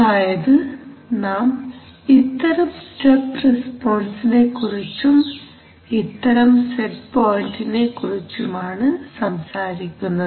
അതായത് നാം ഇത്തരം സ്റ്റെപ് റസ്പോൺസിന്റെകുറിച്ചും ഇത്തരം സെറ്റ് പോയിന്റിനെ കുറിച്ചുമാണ് സംസാരിക്കുന്നത്